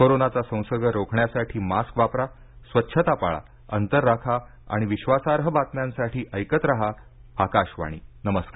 कोरोनाचा संसर्ग रोखण्यासाठी मास्क वापरा स्वच्छता पाळा अंतर राखा आणि विश्वासार्ह बातम्यांसाठी ऐकत रहा आकाशवाणी नमस्कार